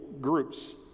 groups